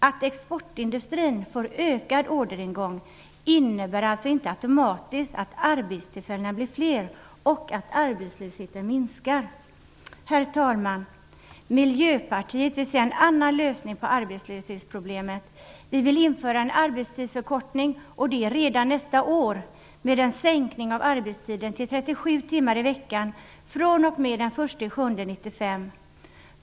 Att exportindustrin får ökad orderingång innebär alltså inte automatiskt att arbetstillfällena blir fler och att arbetslösheten minskar. Herr talman! Miljöpartiet vill se en annan lösning på arbetslöshetsproblemet. Vi vill införa en arbetstidsförkortning, och det redan nästa år, med en sänkning av arbetstiden till 37 timmar i veckan från och med den 1 juli 1995.